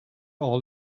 all